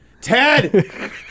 Ted